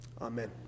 amen